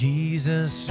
Jesus